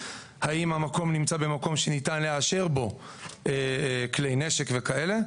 האם המקום נמצא במקום שניתן לאשר בו כלי נשק וכאלה?